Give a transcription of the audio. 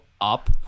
up